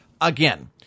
Again